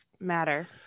Matter